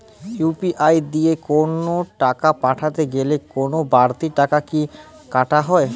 UPI দিয়ে কোন টাকা পাঠাতে গেলে কোন বারতি টাকা কি কাটা হয়?